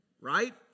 Right